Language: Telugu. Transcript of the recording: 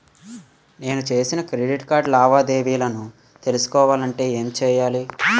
నేను చేసిన క్రెడిట్ కార్డ్ లావాదేవీలను తెలుసుకోవాలంటే ఏం చేయాలి?